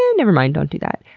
and nevermind. don't do that.